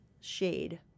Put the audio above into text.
shade